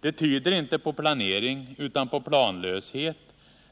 Det tyder inte på planering utan på planlöshet